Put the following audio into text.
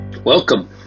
Welcome